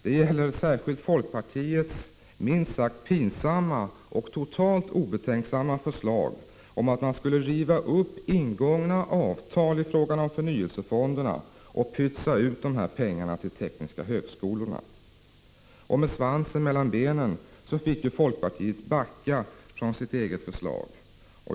Det gäller särskilt folkpartiets minst sagt pinsamma och totalt obetänksamma förslag om att riva upp ingångna avtal i fråga om förnyelsefonderna och ”pytsa ut” pengarna till de tekniska högskolorna. Med svansen mellan benen fick folkpartiet backa från sitt eget förslag.